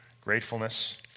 gratefulness